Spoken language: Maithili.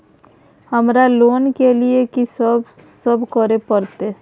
हमरा लोन के लिए की सब करे परतै?